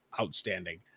outstanding